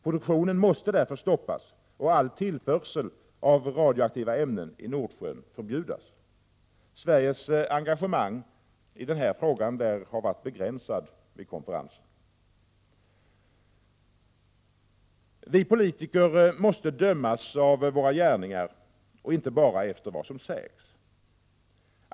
Produktionen måste därför stoppas och all tillförsel av radioaktiva ämnen i Nordsjön förbjudas. Sveriges engagemang i den här frågan lär ha varit begränsat vid konferensen. Herr talman! Vi politiker måste dömas efter våra gärningar och inte bara efter vad som sägs.